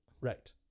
Right